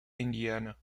indiana